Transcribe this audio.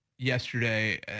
yesterday